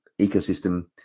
ecosystem